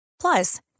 Plus